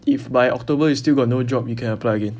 if by october you still got no job you can apply again